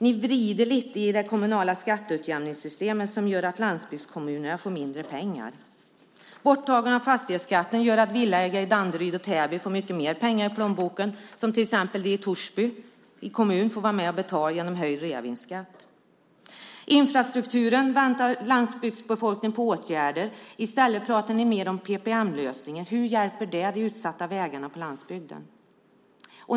Ni vrider lite på det kommunala skatteutjämningssystemet, vilket gör att landsbygdskommunerna får mindre pengar. Borttagandet av fastighetsskatten gör att villaägare i Danderyd och Täby får mycket mer pengar i plånboken, vilket till exempel människor i Torsby kommun får vara med och betala genom en höjd reavinstskatt. När det gäller infrastrukturen väntar landsbygdsbefolkningen på åtgärder. I stället talar ni mer om PPP-lösningar. Hur hjälper det de utsatta vägarna på landsbygden?